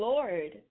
Lord